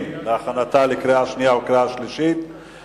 להכנתה לקריאה שנייה ולקריאה שלישית,